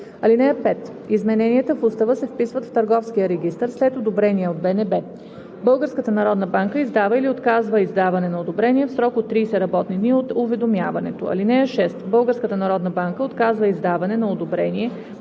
т. 1. (5) Измененията в устава се вписват в Търговския регистър след одобрение от БНБ. Българската народна банка издава или отказва издаване на одобрение в срок от 30 работни дни от уведомяването. (6) Българската народна банка отказва издаване на одобрение,